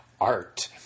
art